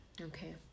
Okay